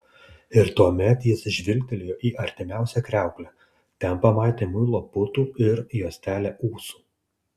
ir tuomet jis žvilgtelėjo į artimiausią kriauklę ten pamatė muilo putų ir juostelę ūsų